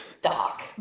Doc